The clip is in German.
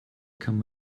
kann